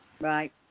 Right